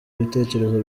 ibitekerezo